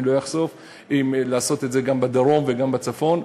לא אחשוף - לעשות את זה גם בדרום וגם בצפון,